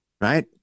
Right